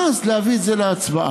ואז להביא את זה להצבעה.